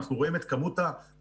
אנחנו רואים את כמות המאומתים,